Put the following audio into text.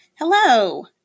Hello